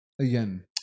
again